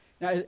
Now